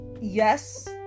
yes